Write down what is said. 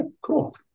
cool